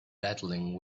battling